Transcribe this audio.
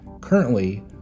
currently